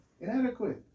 Inadequate